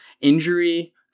injury